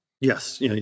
Yes